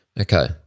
Okay